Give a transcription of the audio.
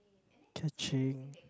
catching